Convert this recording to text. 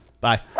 Bye